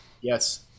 yes